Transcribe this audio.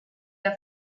der